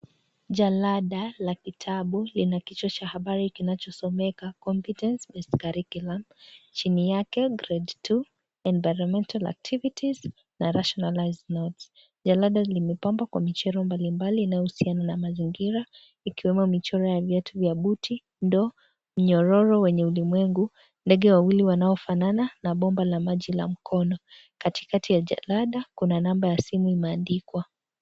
Jalada, la kitabu, lina kichwa cha habari kinachosomeka Competence Based Curriculum. Chini yake, grade two, environmental activities na rationalized notes . Jalada limepambwa kwa michoro mbalimbali inayohusiana na mazingira ,ikiwemo michoro ya viatu vya buti, ndoo, minyororo wenye ulimwengu, ndege wawili wanaofanana na bomba la maji la mkono. Katikati ya jalada, kuna namba ya simu imeandikwa.